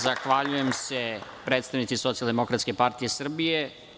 Zahvaljujem se predstavnici Socijaldemokratske partije Srbije.